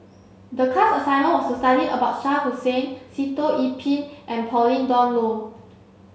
the class assignment was to study about Shah Hussain Sitoh Yih Pin and Pauline Dawn Loh